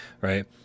Right